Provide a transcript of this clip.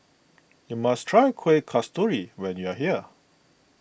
you must try Kueh Kasturi when you are here